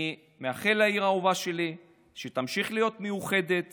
אני מאחל לעיר האהובה שלי שתמשיך להיות מאוחדת